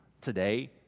today